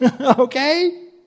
Okay